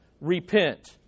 Repent